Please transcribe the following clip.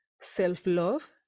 self-love